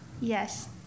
Yes